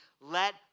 let